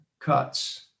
cuts